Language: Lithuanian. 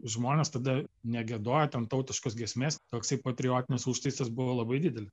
žmonės tada negiedojo ten tautiškos giesmės toksai patriotinis užtaisas buvo labai didelis